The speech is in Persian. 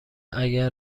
اگر